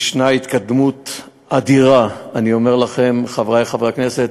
יש התקדמות אדירה, אני אומר לכם, חברי חברי הכנסת,